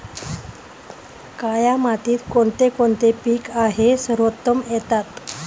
काया मातीत कोणते कोणते पीक आहे सर्वोत्तम येतात?